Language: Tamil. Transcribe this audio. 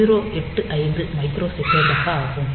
085 மைக்ரோ செகண்டாக ஆகும்